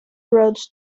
roads